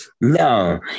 No